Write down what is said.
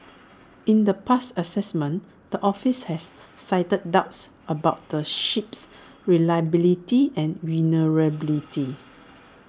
in the past assessments the office has cited doubts about the ship's reliability and vulnerability